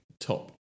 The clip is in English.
top